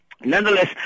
Nonetheless